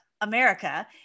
america